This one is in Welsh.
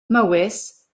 mhowys